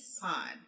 Pod